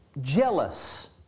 Jealous